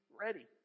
ready